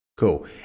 Cool